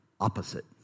opposite